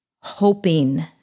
hoping